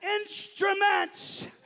instruments